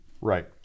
Right